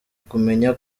kumenya